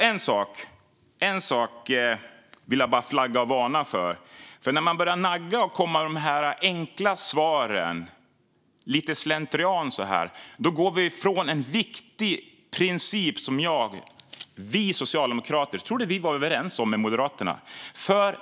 En sak vill jag dock varna för: När man börjar komma med de här enkla svaren lite på slentrian går vi ifrån en viktig princip som jag trodde att vi socialdemokrater var överens med Moderaterna om.